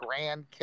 grandkids